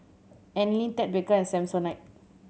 Anlene Ted Baker and Samsonite